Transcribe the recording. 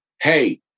hey